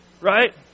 right